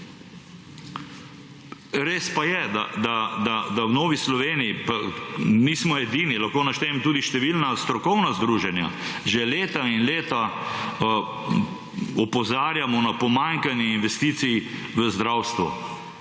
Res pa je, da v Novi Sloveniji, pa nismo edini, lahko naštejem tudi številna strokovna združenja, že leta in leta opozarjamo na pomanjkanje investicij v zdravstvu,